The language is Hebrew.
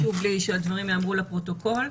אז חשוב לי שהדברים ייאמרו לפרוטוקול.